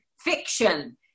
fiction